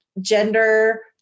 gender